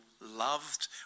loved